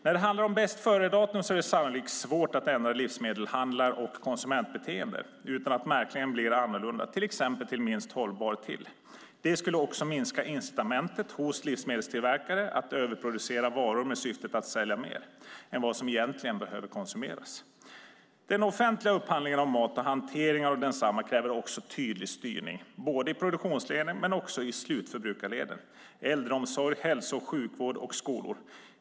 När det handlar om bästföredatum är det sannolikt svårt att ändra livsmedelshandlar och konsumentbeteende utan att märkningen ändras, till exempel till minst-hållbar-till. Det skulle minska incitamentet hos livsmedelstillverkare att överproducera varor med syftet att sälja mer än vad som egentligen behöver konsumeras. Den offentliga upphandlingen av mat och hanteringen av densamma kräver också tydlig styrning i produktionsleden men också i slutförbrukarleden äldreomsorg, hälso och sjukvård och skolor.